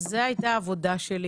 זו הייתה העבודה שלי.